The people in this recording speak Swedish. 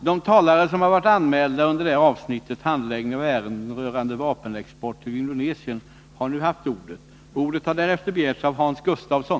De talare som har varit anmälda under avsnittet Handläggningen av ärenden rörande vapenexport till Indonesien har nu haft ordet. Därefter har ordet begärts av Hans Gustafsson.